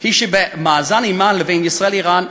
היא שבמאזן האימה ישראל איראן,